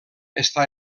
està